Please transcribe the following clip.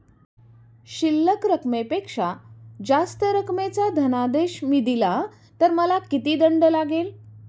शिल्लक रकमेपेक्षा जास्त रकमेचा धनादेश मी दिला तर मला किती दंड लागेल?